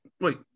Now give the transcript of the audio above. Wait